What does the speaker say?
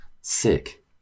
sick